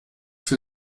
für